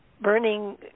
burning